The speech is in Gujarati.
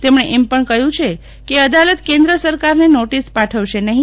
તેમણે એમ પણ કહ્યું છે કે અદાલત કેન્દ્ર સરકારને નોટિસ પાઠવશે નહી